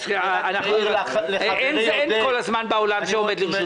לא עומד לרשותנו כל הזמן שבעולם.